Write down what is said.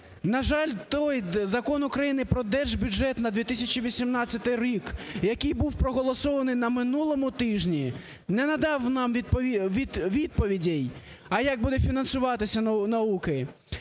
На жаль, той Закону України про Держбюджет на 2018 рік, який був проголосований на минулому тижні, не надав нам відповідей, а як буде фінансуватися наука